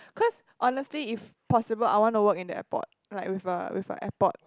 cause honestly if possible I wanna work in the airport like with a with a airport